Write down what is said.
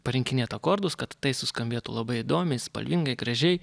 parinkinėt akordus kad tai suskambėtų labai įdomiai spalvingai gražiai